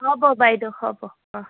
হ'ব বাইদেউ হ'ব অঁ